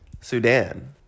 Sudan